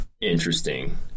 interesting